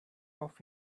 off